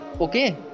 Okay